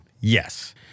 Yes